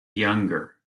younger